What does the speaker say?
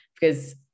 because-